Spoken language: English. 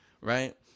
Right